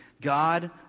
God